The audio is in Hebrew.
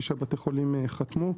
שישה בתי החולים חתמו.